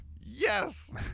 Yes